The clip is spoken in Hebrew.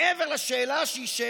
מעבר לשאלה, שהיא,